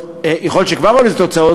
יכול להיות שכבר היו לזה תוצאות,